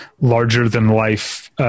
larger-than-life